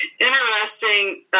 Interesting